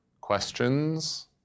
Questions